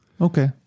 Okay